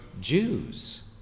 Jews